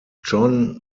john